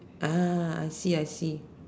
I see I see